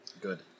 good